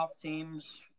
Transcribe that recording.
teams